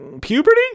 puberty